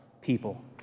people